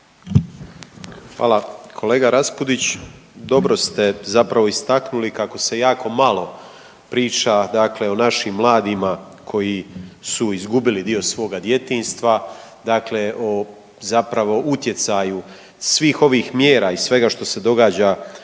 Hvala. Kolega Raspudić, dobro ste zapravo istaknuli kako se jako malo priča dakle o našim mladima koji su izgubili dio svoga djetinjstva, dakle o, zapravo o utjecaju svih ovih mjera i svega što se događa u